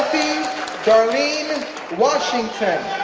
darlene washington,